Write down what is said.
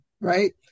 right